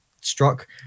struck